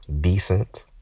decent